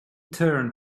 turned